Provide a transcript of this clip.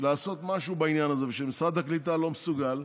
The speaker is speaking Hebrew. לעשות משהו בעניין הזה, שמשרד הקליטה לא מסוגל,